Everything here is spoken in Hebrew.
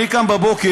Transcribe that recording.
אני קם בבוקר,